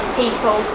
people